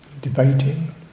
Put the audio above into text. debating